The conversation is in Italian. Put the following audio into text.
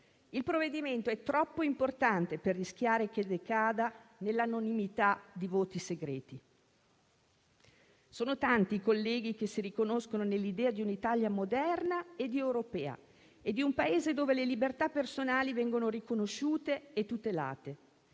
Il provvedimento è troppo importante per rischiare che decada nella anonimità di voti segreti. Sono tanti i colleghi che si riconoscono nell'idea di un'Italia moderna ed europea e di un Paese dove le libertà personali vengono riconosciute e tutelate.